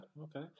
Okay